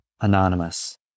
anonymous